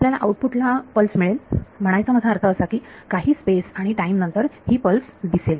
आपल्याला आउटपुट ला पल्स मिळेल म्हणायचा माझा अर्थ असा की काही स्पेस आणि टाईम नंतर ही पल्स दिसेल